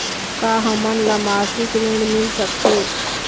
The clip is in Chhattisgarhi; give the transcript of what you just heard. का हमन ला मासिक ऋण मिल सकथे?